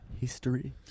history